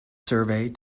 survey